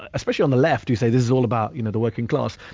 especially on the left, who say, this is all about you know the working class,